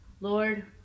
lord